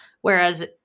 Whereas